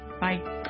Bye